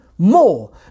More